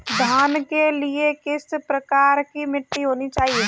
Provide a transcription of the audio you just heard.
धान के लिए किस प्रकार की मिट्टी होनी चाहिए?